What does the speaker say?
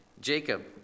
Jacob